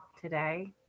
today